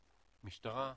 משטרה,